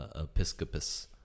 episcopus